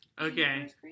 Okay